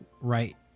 Right